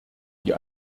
die